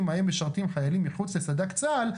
בהם משרתים חיילים מחוץ לסד"כ צה"ל,